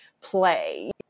play